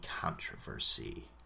controversy